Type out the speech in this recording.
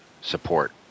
support